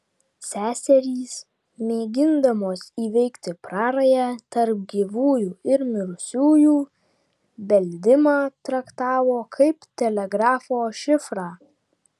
seserys mėgindamos įveikti prarają tarp gyvųjų ir mirusiųjų beldimą traktavo kaip telegrafo šifrą